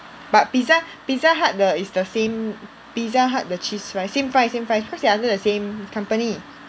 but Pizza Pizza Hut 的 it's the same Pizza Hut 的 cheese fries same price same price because they are under the same company